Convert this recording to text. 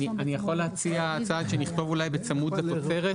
אני יכול להציע הצעה, שנכתוב אולי 'בצמוד לתוצרת'.